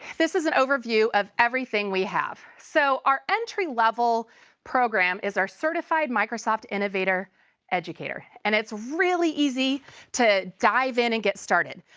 this is an overview of everything we have. so, our entry level program is our certified microsoft innovative educator, and it's really easy to dive in and get started.